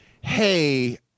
hey